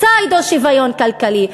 פסאודו-שוויון כלכלי,